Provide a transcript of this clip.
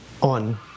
on